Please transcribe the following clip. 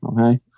okay